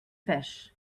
fish